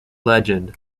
legend